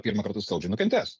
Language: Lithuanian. pirmą kartą skaudžiai nukentės